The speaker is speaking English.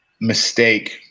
mistake